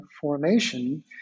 formation